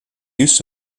use